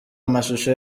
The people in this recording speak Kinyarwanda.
amashusho